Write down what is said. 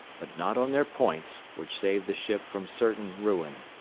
but not on their points, which saved the ship from certain ruin.